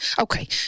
okay